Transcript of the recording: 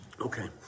Okay